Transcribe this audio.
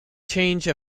change